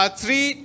three